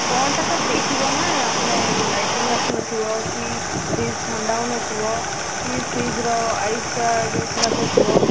କ'ଣଟା ତ ହୋଇଥିବ ନା ମାନେ ଲାଇଟିଙ୍ଗ୍ ଆସୁନଥିବ କି ଫ୍ରିଜ୍ ଥଣ୍ଡା ହେଉନଥିବ କି ଫ୍ରିଜ୍ର ଆଇସ୍ଟା ଯେଉଁ ଖରାପ ହୋଇଥିବ